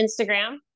Instagram